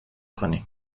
کنی